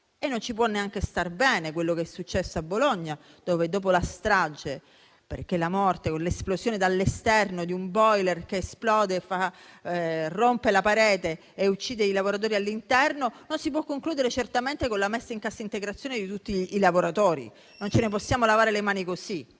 E non ci può neanche star bene quello che è accaduto a Bologna dopo la strage, perché la vicenda di un *boiler* che esplode all'esterno, rompe la parete e uccide i lavoratori all'interno non si può concludere certamente con la messa in cassa integrazione di tutti i lavoratori. Non ce ne possiamo lavare le mani così,